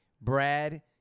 Brad